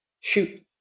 Shoot